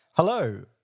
Hello